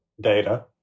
data